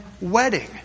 wedding